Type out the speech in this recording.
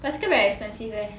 bicycle very expensive eh